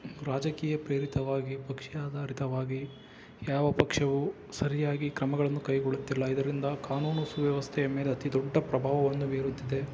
ರಾಜಕೀಯ ಪ್ರೇರಿತವಾಗಿ ಪಕ್ಷಾಧಾರಿತವಾಗಿ ಯಾವ ಪಕ್ಷವು ಸರಿಯಾಗಿ ಕ್ರಮಗಳನ್ನು ಕೈಗೊಳ್ಳುತ್ತಿಲ್ಲ ಇದರಿಂದ ಕಾನೂನು ಸುವ್ಯವಸ್ಥೆಯ ಮೇಲೆ ಅತಿದೊಡ್ಡ ಪ್ರಭಾವವನ್ನು ಬೀರುತ್ತಿದೆ